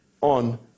on